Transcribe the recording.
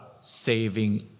saving